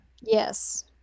Yes